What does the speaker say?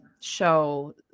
show